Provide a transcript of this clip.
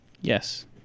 Yes